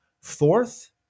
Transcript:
Fourth